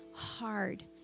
hard